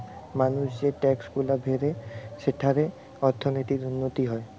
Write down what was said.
মানুষ যে ট্যাক্সগুলা ভরে সেঠারে অর্থনীতির উন্নতি হয়